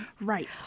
Right